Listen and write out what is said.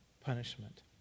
punishment